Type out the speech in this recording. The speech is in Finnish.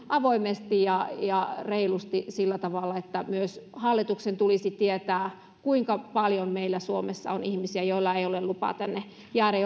avoimesti ja ja reilusti ja myös hallituksen tulisi tietää kuinka paljon meillä suomessa on ihmisiä joilla on kielteinen päätös ja joilla ei ole lupaa tänne jäädä